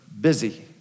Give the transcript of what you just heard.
busy